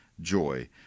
joy